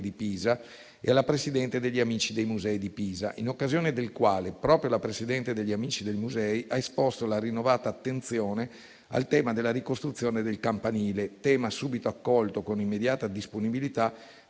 di Pisa e alla presidente della citata associazione, in occasione del quale proprio la presidente dell'associazione ha esposto la rinnovata attenzione al tema della ricostruzione del campanile; tema subito accolto con immediata disponibilità